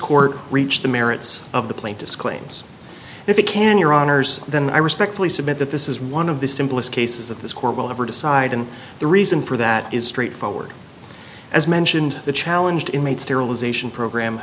court reach the merits of the plaintiff's claims if it can your honour's then i respectfully submit that this is one of the simplest cases of this court will ever decide and the reason for that is straightforward as mentioned the challenge to inmate sterilization program